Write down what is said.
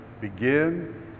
begin